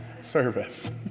service